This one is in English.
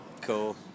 Cool